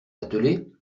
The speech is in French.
attelée